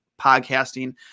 podcasting